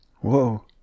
Whoa